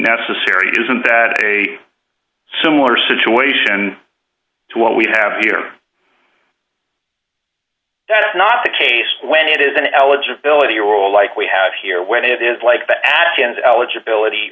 necessary isn't that a similar situation to what we have here that is not the case when it is an eligibility role like we have here when it is like but admissions eligibility